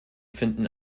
finden